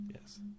Yes